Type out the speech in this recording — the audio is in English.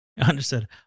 Understood